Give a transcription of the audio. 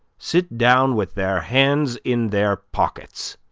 sit down with their hands in their pockets,